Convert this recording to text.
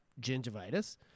gingivitis